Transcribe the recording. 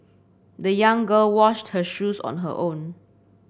the young girl washed her shoes on her own